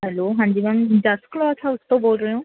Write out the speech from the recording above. hello ਹਾਂਜੀ ma'am Jass cloth house ਤੋਂ ਬੋਲ ਰਹੇ ਹੋ